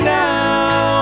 now